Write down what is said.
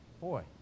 boy